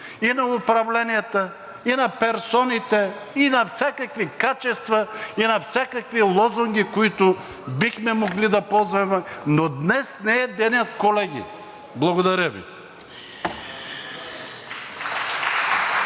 и на управленията, и на персоните, и на всякакви качества, и на всякакви лозунги, които бихме могли да ползваме, но днес не е денят, колеги. Благодаря Ви.